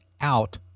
out